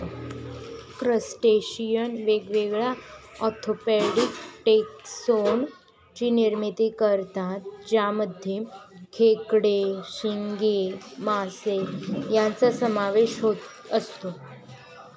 crustacean वेगवेगळ्या orthopaedic taxon ची निर्मिती करतात ज्यामध्ये खेकडे, झिंगे, मासे यांचा समावेश असतो